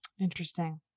Interesting